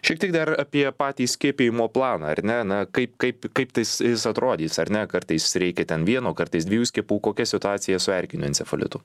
šiek tiek dar apie patį skiepijimo planą ar ne na kaip kaip kaip tais jis atrodys ar ne kartais reikia ten vieno kartais dviejų skiepų kokia situacija su erkiniu encefalitu